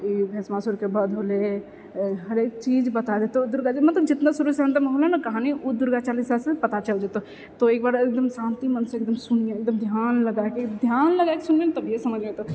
ई भस्मासुरके वध होलै हरेक चीज बता देतौ मतलब जेतना शुरूसँ अन्त तक भेलै ने काम ओ दुर्गा पूजासँ पता चल जेतौ तऽ एक बार एकदम शान्ति मनसँ सुनियौ एगदम ध्यान लगैके ध्यान लगैके सुनवही ने तभीये समझमे एतौ